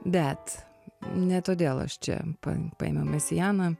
bet ne todėl aš čia pa paėmiau mesianą